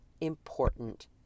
important